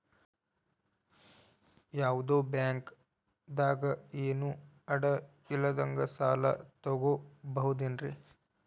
ಯಾವ್ದೋ ಬ್ಯಾಂಕ್ ದಾಗ ಏನು ಅಡ ಇಲ್ಲದಂಗ ಸಾಲ ತಗೋಬಹುದೇನ್ರಿ?